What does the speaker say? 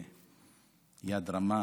ביד רמה,